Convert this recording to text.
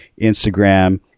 Instagram